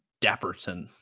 Dapperton